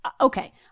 okay